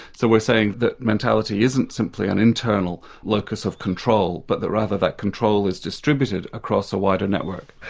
so we're saying that mentality isn't simply an internal locus of control but that rather that control is distributed across a wider network.